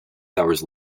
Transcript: hours